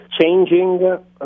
changing